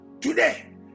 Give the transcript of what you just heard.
Today